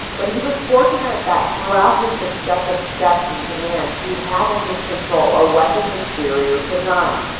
but he was fortunate that throughout his successive steps in command he had at his con trol a weapon inferior to none.